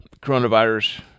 coronavirus